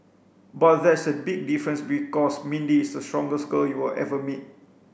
but there's a big difference because Mindy is the strongest girl you will ever meet